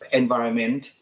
environment